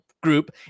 Group